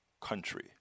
country